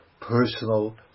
personal